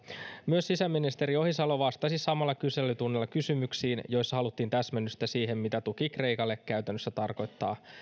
myös sisäministeri ohisalo vastasi samalla kyselytunnilla kysymyksiin joissa haluttiin täsmennystä siihen mitä tuki kreikalle käytännössä tarkoittaa